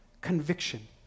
conviction